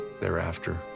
thereafter